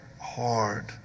hard